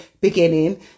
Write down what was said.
beginning